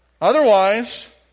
otherwise